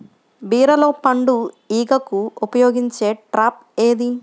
బీరలో పండు ఈగకు ఉపయోగించే ట్రాప్ ఏది?